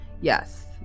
Yes